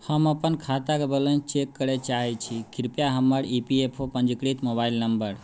हम अपन खाताक बैलेंस चेक करै चाहैत छी कृपया हमर ई पी एफ ओ पंजीकृत मोबाइल नंबर